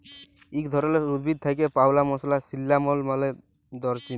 ইক ধরলের উদ্ভিদ থ্যাকে পাউয়া মসলা সিল্লামল মালে দারচিলি